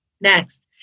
Next